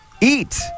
Eat